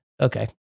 okay